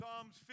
Psalms